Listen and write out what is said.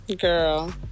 Girl